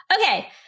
Okay